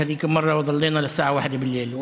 בפעם ההיא נשארנו עד השעה 01:00,